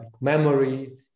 memory